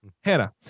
Hannah